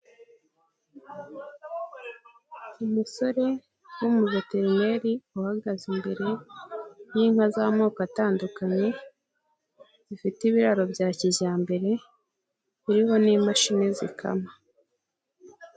Umusore w'umuveterineri uhagaze imbere y'inka z'amoko atandukanye, zifite ibiraro bya kijyambere biriho n'imashini zikama.